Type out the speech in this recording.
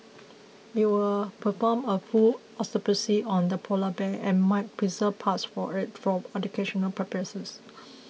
it will perform a full autopsy on the polar bear and might preserve parts of it for educational purposes